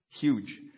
Huge